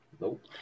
nope